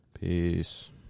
Peace